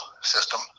system